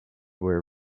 where